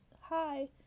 hi